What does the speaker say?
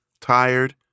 tired